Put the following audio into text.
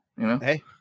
Hey